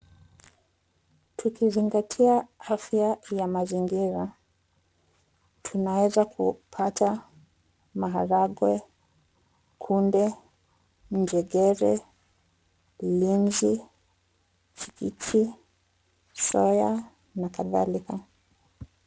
Tukizingatia afya ya mazingira, tunaweza kupata maharagwe, kunde, njegere, linzi, chikichi, soya na kadhalika.